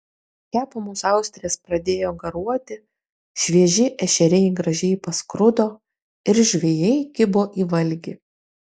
kepamos austrės pradėjo garuoti švieži ešeriai gražiai paskrudo ir žvejai kibo į valgį